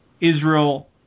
Israel